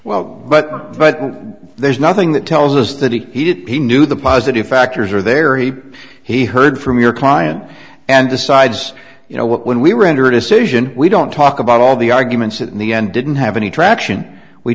well but but there's nothing that tells us that he did he knew the positive factors are there he he heard from your client and decides you know what when we were under a decision we don't talk about all the arguments in the end didn't have any traction we